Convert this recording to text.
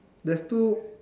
there's two